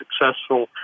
successful